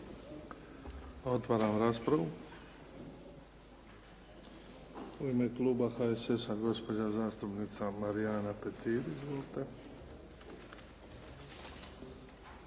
Otvaram raspravu. U ime kluba HSS-a, gospođa zastupnica Marijana Petir. Izvolite.